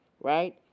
right